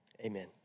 Amen